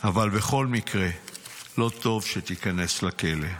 אבל בכל מקרה לא טוב שתיכנס לכלא.